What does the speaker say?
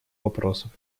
вопросов